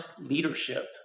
leadership